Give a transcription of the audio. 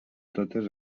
totes